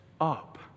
up